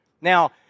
Now